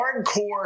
hardcore